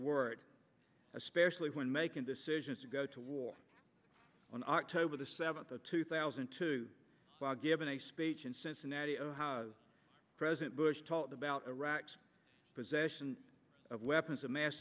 word especially when making decisions to go to war on october the at the two thousand and two law giving a speech in cincinnati ohio president bush talked about iraq's possession of weapons of mass